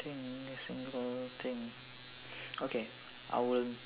thing single thing okay I will